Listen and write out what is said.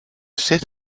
zit